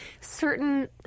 certain